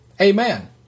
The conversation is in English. Amen